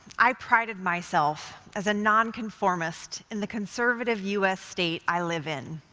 i prided myself as a nonconformist in the conservative u s. state i live in,